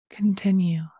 Continue